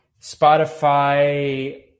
Spotify